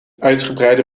uitgebreide